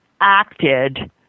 acted